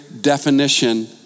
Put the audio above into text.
definition